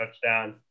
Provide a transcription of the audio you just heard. touchdown